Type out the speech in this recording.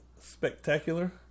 spectacular